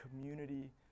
community